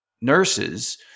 nurses